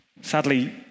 Sadly